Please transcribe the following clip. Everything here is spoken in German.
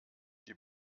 die